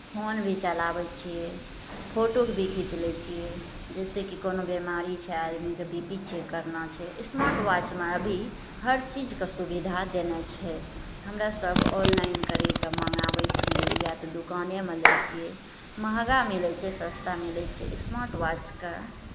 phone भी चलाबै छियै फोटो भी खीँच लै छियै जइसे कि कोनो बिमारी छै आदमीकेँ बी पी चेक करना छै स्मार्ट वाचमे अभी हर चीजके सुविधा देने छै हमरा सभ ऑनलाइन करि कऽ मङ्गाबै छी या तऽ दोकानेमे लै छियै महगा मिलै छै सस्ता मिलै छै स्मार्ट वाचके